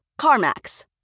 CarMax